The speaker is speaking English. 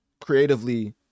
creatively